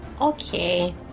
Okay